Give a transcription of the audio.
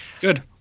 good